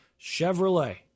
Chevrolet